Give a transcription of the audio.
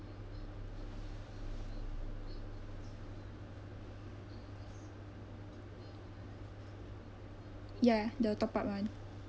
ya the top up one